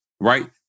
Right